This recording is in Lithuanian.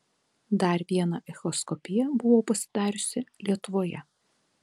dar vieną echoskopiją buvau pasidariusi lietuvoje